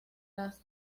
las